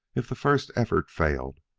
if the first effort failed,